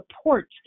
support